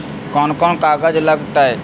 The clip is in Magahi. कौन कौन कागज लग तय?